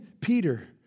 Peter